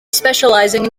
specialising